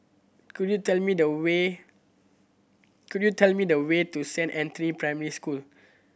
could you tell me the way could you tell me the way to Saint Anthony's Primary School